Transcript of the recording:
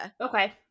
okay